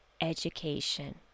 education